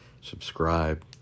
Subscribe